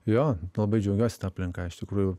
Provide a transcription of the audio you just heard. jo labai džiaugiuosi ta aplinka iš tikrųjų